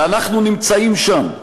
ואנחנו נמצאים שם,